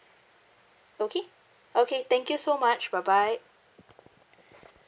okay okay thank you so much bye bye